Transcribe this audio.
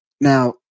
Now